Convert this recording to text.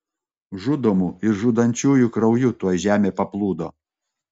žudomų ir žudančiųjų krauju tuoj žemė paplūdo